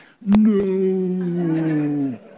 no